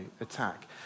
attack